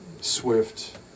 Swift